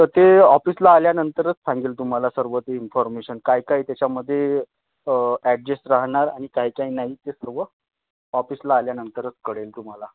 तर ते ऑफिसला आल्यानंतरच सांगेल तुम्हाला सर्व ते इन्फॉर्मेशन काय काय त्याच्यामध्ये ॲडजेस्ट राहणार आणि काय काय नाही ते सर्व ऑफिसला आल्यानंतरच कळेल तुम्हाला